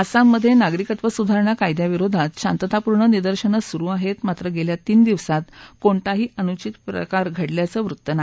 आसाममध्ये नागरिकत्व सुधारणा कायद्याविरोधात शांततापूर्ण निदर्शनं सुरु आहेत मात्र गेल्या तीन दिवसांमध्ये कोणताही अनुषित प्रकार घडल्याचे वृत्त नाही